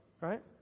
right